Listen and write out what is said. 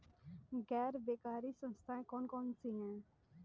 गैर बैंककारी संस्थाएँ कौन कौन सी हैं?